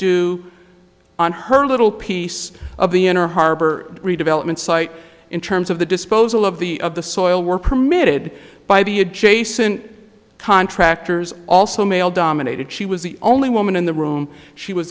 do on her little piece of the inner harbor redevelopment site in terms of the disposal of the of the soil were permitted by the adjacent contractors also male dominated she was the only woman in the room she was